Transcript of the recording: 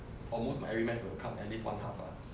almost my every match will 看 at least one half ah